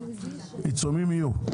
עיצומים יהיו,